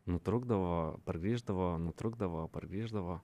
nutrūkdavo pargrįždavo nutrūkdavo pargrįždavo